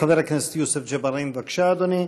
חבר הכנסת יוסף ג'בארין, בבקשה, אדוני.